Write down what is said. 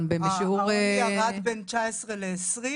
אבל בשיעור --- העוני ירד בין 2019 ל-2020.